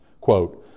quote